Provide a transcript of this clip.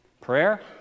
Prayer